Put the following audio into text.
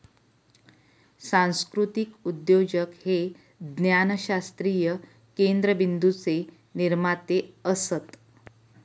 सांस्कृतीक उद्योजक हे ज्ञानशास्त्रीय केंद्रबिंदूचे निर्माते असत